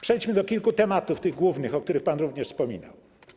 Przejdźmy do kilku tematów głównych, o których pan również wspominał.